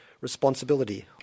responsibility